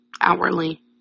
outwardly